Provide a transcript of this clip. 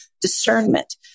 discernment